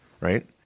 right